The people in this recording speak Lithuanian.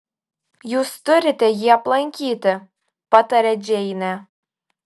jūs turite jį aplankyti pataria džeinė